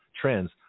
trends